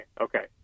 okay